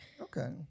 okay